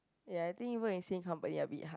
ya I think work in same company a bit hard